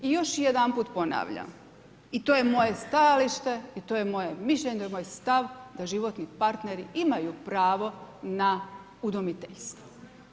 I još jedanput ponavljam i to je moje stajalište i to je moje mišljenje, to je moj stav da životni partneri imaju pravo na udomiteljstvo.